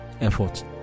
effort